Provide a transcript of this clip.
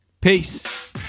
Peace